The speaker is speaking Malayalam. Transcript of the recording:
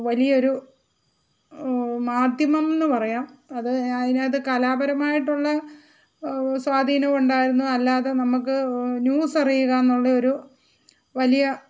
വലിയ ഒരു മാധ്യമം എന്നു പറയാം അത് അതിനകത്ത് കലാപരമായിട്ടുള്ള സ്വാധിനവും ഉണ്ടായിരുന്നു അല്ലാതെ നമുക്ക് ന്യൂസ് അറിയുക എന്നുള്ള ഒരു വലിയ